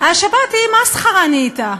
השבת היא מסחרה, נהייתה.